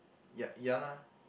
ya ya lah